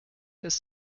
ist